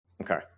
Okay